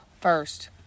First